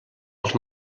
els